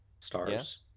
stars